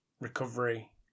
recovery